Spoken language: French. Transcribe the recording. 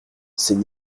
c’est